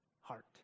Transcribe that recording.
heart